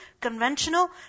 conventional